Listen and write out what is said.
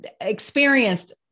experienced